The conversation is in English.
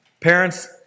Parents